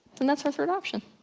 then that's our third option.